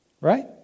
Right